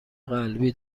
قلبی